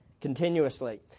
Continuously